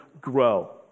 grow